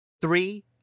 three